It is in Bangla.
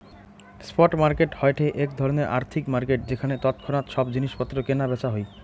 স্পট মার্কেট হয়ঠে এক ধরণের আর্থিক মার্কেট যেখানে তৎক্ষণাৎ সব জিনিস পত্র কেনা বেচা হই